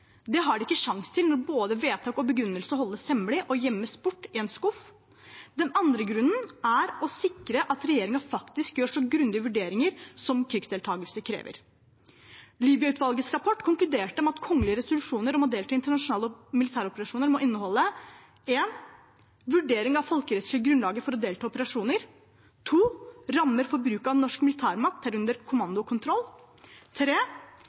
Det har de ikke sjanse til når både vedtak og begrunnelse holdes hemmelig og gjemmes bort i en skuff. Den andre grunnen er å sikre at regjeringen faktisk gjør så grundige vurderinger som krigsdeltakelse krever. Libya-utvalgets rapport konkluderte med at kongelige resolusjoner om å delta i internasjonale militæroperasjoner må inneholde en vurdering av det folkerettslige grunnlaget for å delta i operasjonen rammer for bruk av norsk militærmakt, herunder